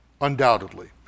undoubtedly